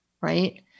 right